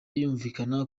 yumvikana